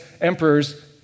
emperors